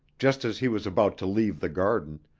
just as he was about to leave the garden,